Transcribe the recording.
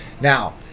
Now